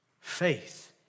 faith